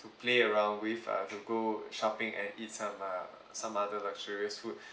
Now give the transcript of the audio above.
to play around with uh to go shopping and eat some uh some other luxurious food